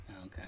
okay